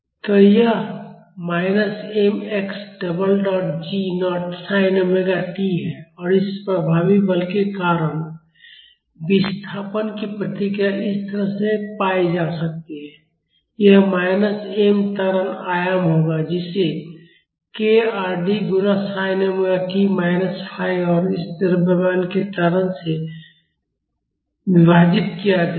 तो यह minus m x double dot g naught sin omega t है और इस प्रभावी बल के कारण विस्थापन की प्रतिक्रिया इस तरह से पाई जा सकती है यह माइनस m त्वरण आयाम होगा जिसे kRd गुना sin omega t minus phi और इस द्रव्यमान के त्वरण से विभाजित किया जाएगा